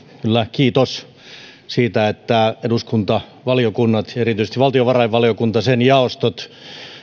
kiitos siitä että eduskunta valiokunnat ja erityisesti valtiovarainvaliokunta ja sen jaostot